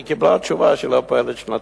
והיא קיבלה תשובה שהיא לא פועלת שנתיים.